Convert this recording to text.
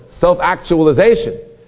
Self-actualization